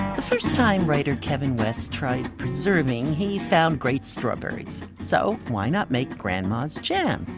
the first time writer kevin west tried preserving, he found great strawberries. so why not make grandma's jam,